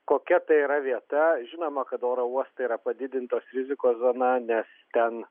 kokia tai yra vieta žinoma kad oro uostai yra padidintos rizikos zona nes ten